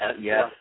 Yes